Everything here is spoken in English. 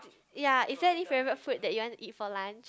ya is there any favorite food that you want to eat for lunch